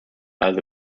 also